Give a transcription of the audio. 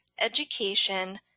Education